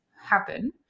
happen